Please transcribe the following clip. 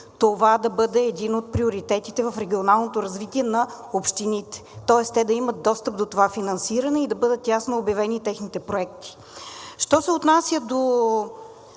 това да бъде един от приоритетите в регионалното развитие на общините, тоест те да имат достъп до това финансиране и да бъдат ясно обявени техните проекти. Що се отнася до